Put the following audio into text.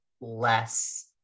less